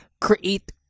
create